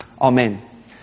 Amen